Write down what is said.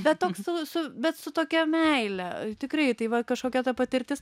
bet toks su su bet su tokia meile tikrai tai va kažkokia ta patirtis